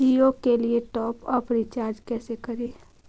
जियो के लिए top up recharge कैसे करी?